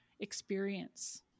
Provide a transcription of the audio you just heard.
Experience